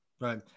right